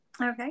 Okay